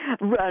run